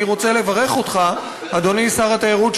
אני רוצה לברך אותך, אדוני שר התיירות.